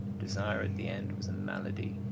desire, at the end, was a malady,